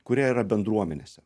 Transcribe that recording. kurie yra bendruomenėse